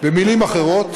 במילים אחרות,